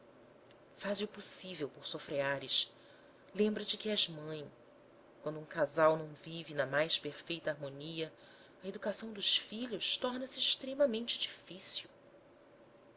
o possível por sofreares lembra-te que és mãe quando um casal não vive na mais perfeita harmonia a educação dos filhos torna-se extremamente difícil